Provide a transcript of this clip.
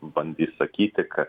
bandys sakyti kad